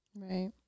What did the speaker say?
Right